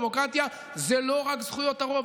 דמוקרטיה היא לא רק זכויות הרוב,